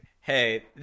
Hey